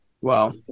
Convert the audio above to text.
Wow